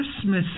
Christmas